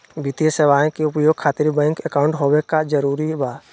वित्तीय सेवाएं के उपयोग खातिर बैंक अकाउंट होबे का जरूरी बा?